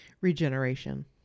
Regeneration